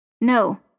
No